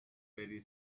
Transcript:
very